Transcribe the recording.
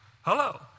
Hello